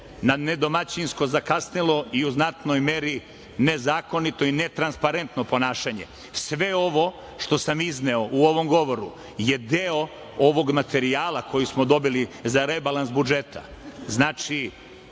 na nedomaćinsko, zakasnelo i u znatnoj meri nezakonito i netransparentno ponašanje. Sve ovo što sam izneo u ovom govoru je deo ovog materijala koji smo dobili za rebalans budžeta. Znači,